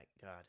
God